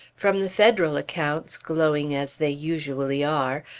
from the federal accounts, glowing as they usually are,